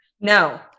no